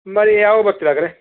ನಮ್ಮಲ್ಲಿ ಯಾವಾಗ ಬರ್ತೀರ ಹಾಗಾದ್ರೆ